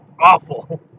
Awful